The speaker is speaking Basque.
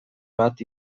bat